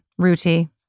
Ruti